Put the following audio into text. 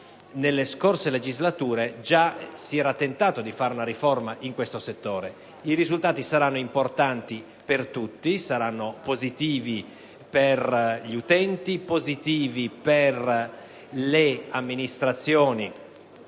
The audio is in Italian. nelle scorse legislature già si era tentato di attuare una riforma in questo settore. I risultati saranno importanti per tutti: saranno positivi per gli utenti e per le amministrazioni